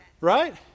Right